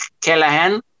callahan